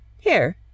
Here